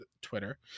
Twitter